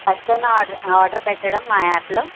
first time order order పెట్టడం మా యాప్లో